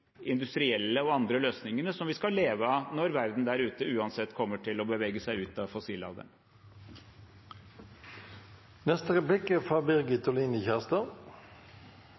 industrielle og andre løsningene som vi skal leve av når verden der ute uansett kommer til å bevege seg ut av